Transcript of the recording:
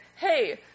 Hey